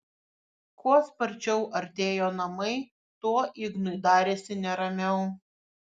kuo sparčiau artėjo namai tuo ignui darėsi neramiau